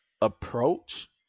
approach